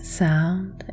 sound